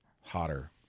hotter